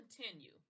continue